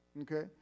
okay